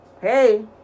Hey